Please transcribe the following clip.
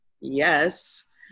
yes